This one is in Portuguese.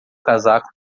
casaco